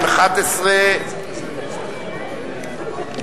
ל-2011 ול-2012,